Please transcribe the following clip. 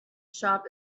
shop